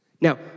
Now